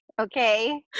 okay